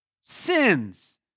sins